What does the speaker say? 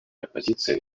оппозиции